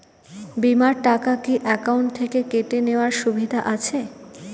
বিমার টাকা কি অ্যাকাউন্ট থেকে কেটে নেওয়ার সুবিধা আছে?